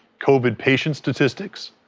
covid patients statistics,